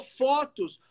fotos